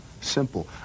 Simple